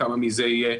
כמה מזה יהיה